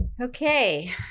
Okay